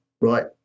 right